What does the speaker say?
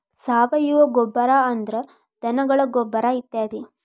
ಸಾವಯುವ ಗೊಬ್ಬರಾ ಅಂದ್ರ ಧನಗಳ ಗೊಬ್ಬರಾ ಇತ್ಯಾದಿ